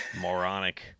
moronic